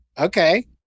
Okay